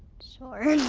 sure.